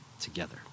together